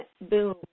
boom